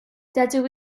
dydw